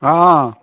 हँ